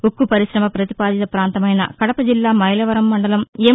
ఉక్కు పరిశమ పతిపాదిత ప్రాంతమైన కడప జిల్లా మైలవరం మండలం ఎం